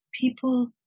people